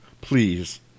please